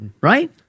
Right